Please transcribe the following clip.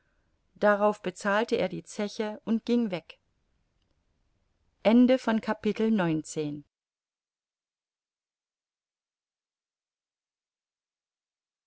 darauf bezahlte er die zeche und ging weg